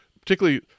Particularly